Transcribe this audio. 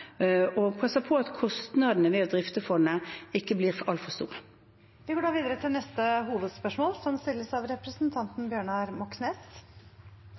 og passer på at kostnadene ved å drifte fondet ikke blir altfor store. Vi går videre til neste hovedspørsmål. Forskjells-Norge forsterkes av